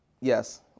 yes